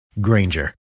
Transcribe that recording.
Granger